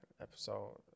episode